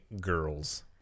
girls